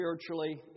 spiritually